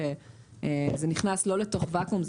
זה לא נכנס לתוך ואקום,